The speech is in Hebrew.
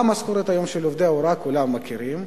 מה המשכורת היום של עובדי ההוראה כולם מכירים,